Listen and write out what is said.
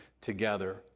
together